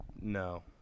No